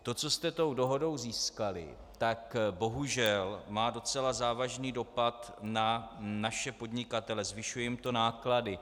To, co jste tou dohodou získali, má bohužel docela závažný dopad na naše podnikatele: zvyšuje jim to náklady.